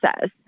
says